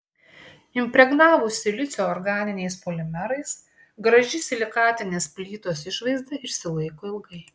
impregnavus silicio organiniais polimerais graži silikatinės plytos išvaizda išsilaiko ilgai